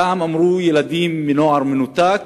פעם אמרו: ילדים מנוער מנותק